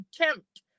attempt